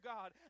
God